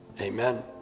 Amen